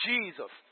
Jesus